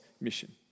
mission